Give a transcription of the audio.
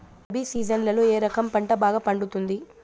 రబి సీజన్లలో ఏ రకం పంట బాగా పండుతుంది